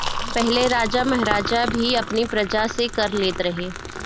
पहिले राजा महाराजा भी अपनी प्रजा से कर लेत रहे